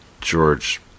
george